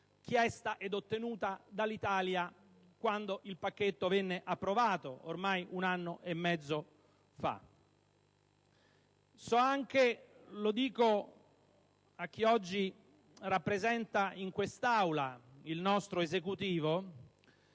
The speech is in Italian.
chiesta ed ottenuta dall'Italia quando esso venne approvato, ormai un anno e mezzo fa. So anche - lo dico a chi oggi rappresenta il nostro Esecutivo